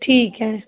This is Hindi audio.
ठीक है